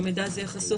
שהמידע הזה יהיה חשוף?